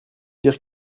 dire